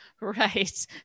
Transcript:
Right